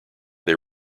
they